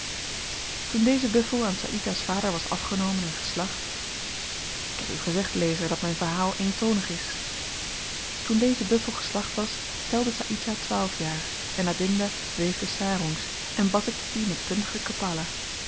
toen deze buffel aan saïdjah's vader was afgenomen en geslacht ik heb u gezegd lezer dat myn verhaal eentonig is toen deze buffel geslacht was telde saïdjah twaalf jaar en adinda weefde sarongs en batikte die met puntige kapala